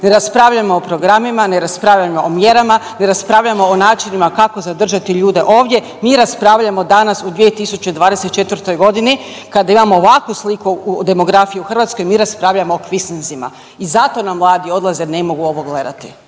ne raspravljamo o programima, ne raspravljamo o mjerama, ne raspravljamo o načinima kako zadržati ljude ovdje, mi raspravljamo danas u 2024. g. kada imamo ovakvu sliku demografije u Hrvatskoj, mi raspravljamo o kvislinzima i zato nam mladi odlaze jer ne mogu ovo gledati.